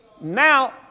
now